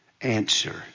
answer